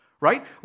right